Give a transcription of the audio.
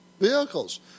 vehicles